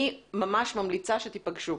אני ממש ממליצה שתיפגשו.